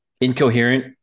incoherent